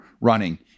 running